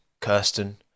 Kirsten